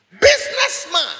Businessman